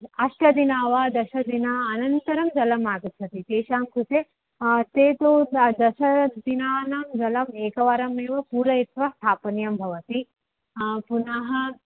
अष्ट दिनानि वा दश दिनानि अनन्तरं जलम् आगच्छति तेषां कृते ते तु द दश दिनानां जलम् एकवारमेव पूरयित्वा स्थापनीयं भवति पुनः